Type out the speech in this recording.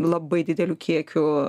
labai dideliu kiekiu